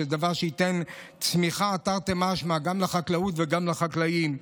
דבר שייתן צמיחה תרתי משמע גם לחקלאות וגם לחקלאים.